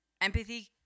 empathy